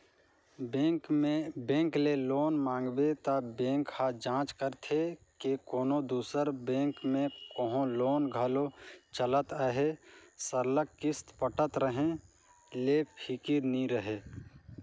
bank ले loan मांगबे त बेंक ह जांच करथे के कोनो दूसर बेंक में कहों लोन घलो चलत अहे सरलग किस्त पटत रहें ले फिकिर नी रहे